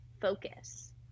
focus